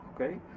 okay